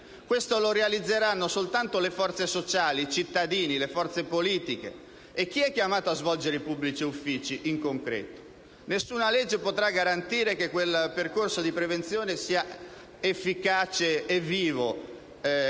questo lo realizzeranno soltanto le forze sociali, i cittadini, le forze politiche e chi è chiamato a svolgere i pubblici uffici in concreto. Nessuna legge potrà garantire che quel percorso di prevenzione sia efficace e vivo,